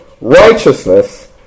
righteousness